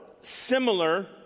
similar